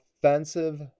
offensive